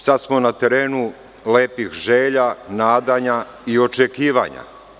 Sad smo na terenu lepih želja, nadanja i očekivanja.